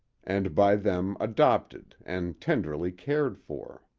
and by them adopted and tenderly cared for.